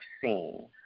seen